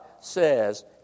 says